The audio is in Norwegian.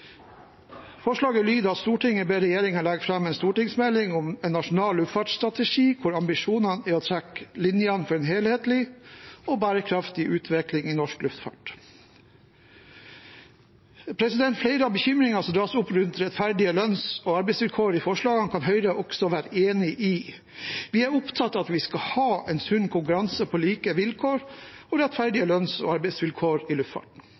av. Forslaget lyder: «Stortinget ber regjeringen legge frem en stortingsmelding om en nasjonal luftfartsstrategi hvor ambisjonene er å trekke linjene for en helhetlig og bærekraftig utvikling i norsk luftfart.» Flere av bekymringene som dras opp rundt rettferdige lønns- og arbeidsvilkår i forslagene, kan Høyre også være enig i. Vi er opptatt av at vi skal ha en sunn konkurranse på like vilkår og rettferdige lønns- og arbeidsvilkår i luftfarten.